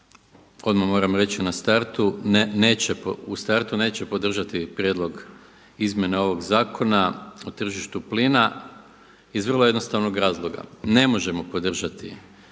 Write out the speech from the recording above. odmah moram reći u startu neću podržati prijedlog izmjena ovog Zakona o tržištu plina iz vrlo jednostavnog zakona. Ne možemo podržati zakon